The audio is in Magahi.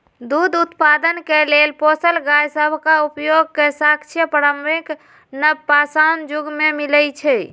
दूध उत्पादन के लेल पोसल गाय सभ के उपयोग के साक्ष्य प्रारंभिक नवपाषाण जुग में मिलइ छै